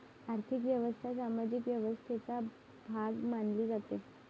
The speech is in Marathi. आर्थिक व्यवस्था सामाजिक व्यवस्थेचा भाग मानली जाते